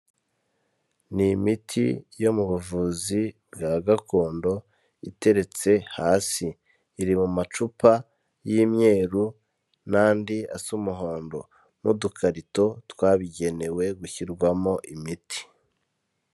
Ni imiti yo mu buvuzi bwa gakondo iteretse hasi, iri mu macupa y'imyeru n'andi asa umuhondo n'udukarito twabigenewe gushyirwamo imiti.